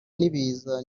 n’ibiza